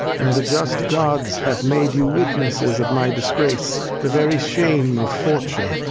and the just gods have made you witnesses of my disgrace, the very shame of fortune,